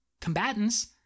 combatants